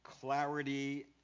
clarity